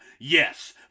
Yes